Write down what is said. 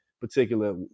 particular